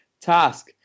task